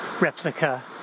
replica